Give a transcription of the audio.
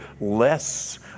less